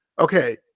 okay